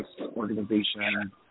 organization